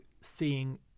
seeing